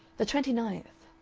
the twenty-ninth.